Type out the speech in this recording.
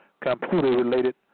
computer-related